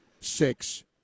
six